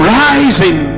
rising